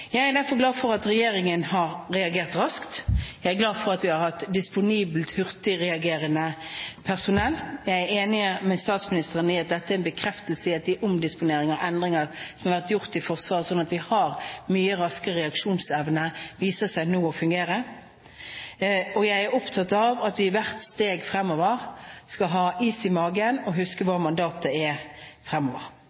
Jeg er derfor glad for at regjeringen har reagert raskt. Jeg er glad for at vi har hatt disponibelt, hurtigreagerende personell. Jeg er enig med statsministeren i at dette er en bekreftelse på at de omdisponeringer og endringer som har vært gjort i Forsvaret slik at vi har mye raskere reaksjonsevne, nå viser seg å fungere. Jeg er opptatt av at vi i hvert steg fremover skal ha is i magen og huske